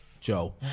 Joe